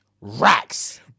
racks